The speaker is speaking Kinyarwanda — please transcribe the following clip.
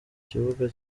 kibuga